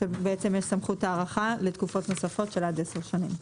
כשבעצם יש סמכות ההארכה לתקופות נוספות של עד 10 שנים.